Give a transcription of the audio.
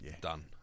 done